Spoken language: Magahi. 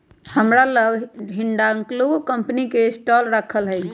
हमरा लग हिंडालको कंपनी के स्टॉक राखल हइ